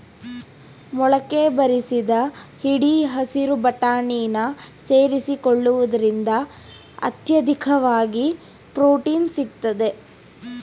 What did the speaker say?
ಮೊಳಕೆ ಬರಿಸಿದ ಹಿಡಿ ಹಸಿರು ಬಟಾಣಿನ ಸೇರಿಸಿಕೊಳ್ಳುವುದ್ರಿಂದ ಅತ್ಯಧಿಕವಾಗಿ ಪ್ರೊಟೀನ್ ಸಿಗ್ತದೆ